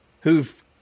who've